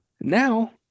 now